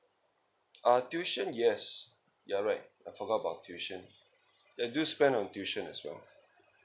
ah tuition yes you're right I forgot about tuition they do spend on tuition as well